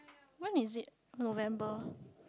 when is it November